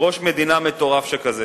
ראש מדינה מטורף שכזה?